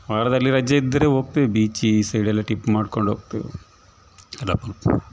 ವಾರದಲ್ಲಿ ರಜೆ ಇದ್ದರೆ ಹೋಗ್ತೇವೆ ಬೀಚಿ ಈ ಸೈಡೆಲ್ಲ ಟಿಪ್ ಮಾಡ್ಕೊಂಡು ಹೋಗ್ತೇವೆ ರಪಕ್ಕ